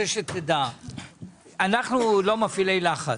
אנחנו לא מפעילי לחץ,